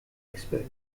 expert